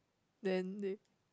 then they